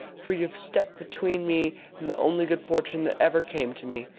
for you have stepped between me and the only good fortune that ever came to me.